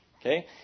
Okay